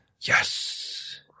yes